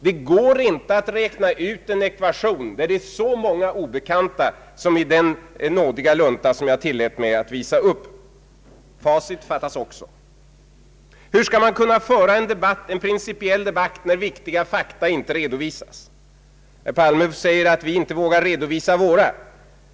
Det går inte att räkna ut en ekvation när det är så många obekanta som i den nådiga lunta jag tillät mig att visa upp — facit saknas också. Hur skall man kunna föra en principiell debatt, när fakta inte redovisas? Herr Palme säger att vi inte vågar redovisa våra linjer.